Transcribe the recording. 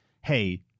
hey